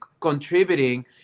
contributing